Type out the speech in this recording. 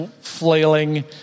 flailing